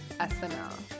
SNL